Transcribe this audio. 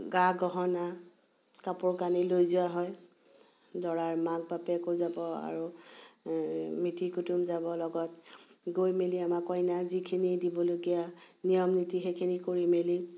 গা গহনা কাপোৰ কানি লৈ যোৱা হয় দৰাৰ মাক বাপেকো যাব আৰু মিতিৰ কুটুমো যাব লগত গৈ মেলি আমাৰ কইনা যিখিনি দিবলগীয়া নিয়ম নীতি সেইখিনি কৰি মেলি